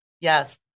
Yes